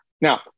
Now